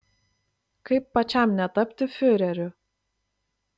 kaip pačiam netapti fiureriu